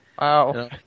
Wow